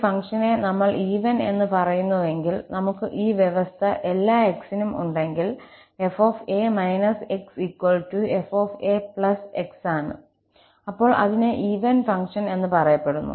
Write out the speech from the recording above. ഒരു ഫംഗ്ഷനെ നമ്മൾ ഈവൻ എന്ന് പറയുന്നുവെങ്കിൽ നമുക്ക് ഈ വ്യവസ്ഥ എല്ലാ 𝑥 നും ഉണ്ടെങ്കിൽ 𝑓𝑎 − 𝑥 𝑓𝑎 𝑥 ആണ് അപ്പോൾ അതിനെ ഈവൻ ഫംഗ്ഷൻ എന്ന് പറയപ്പെടുന്നു